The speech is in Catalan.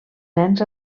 nens